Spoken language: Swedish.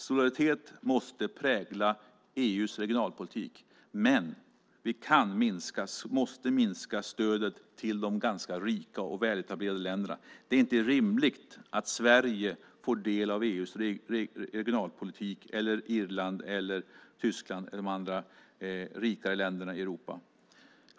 Solidaritet måste prägla EU:s regionalpolitik, men vi kan, och måste, minska stödet till de rika och väletablerade länderna. Det är inte rimligt att Sverige, Irland, Tyskland eller andra rikare länder i Europa får del av EU:s regionalstöd.